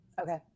Okay